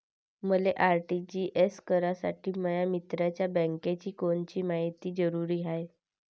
मले आर.टी.जी.एस करासाठी माया मित्राच्या बँकेची कोनची मायती जरुरी हाय?